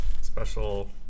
special